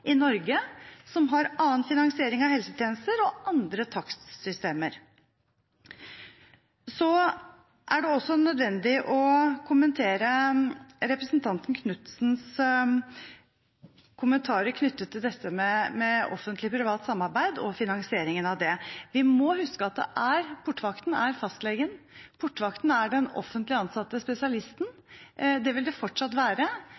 i Norge, hvor vi har en annen finansiering av helsetjenester og andre takstsystemer. Så er det også nødvendig å kommentere representanten Knutsens kommentarer knyttet til finansieringen av offentlig/privat samarbeid. Vi må huske at portvakten er fastlegen, portvakten er den offentlig ansatte spesialisten, og det vil det fortsatt være